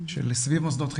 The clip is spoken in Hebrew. של סביב מוסדות חינוך.